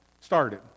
started